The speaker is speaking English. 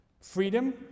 Freedom